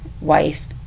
wife